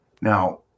Now